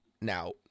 Now